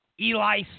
Eli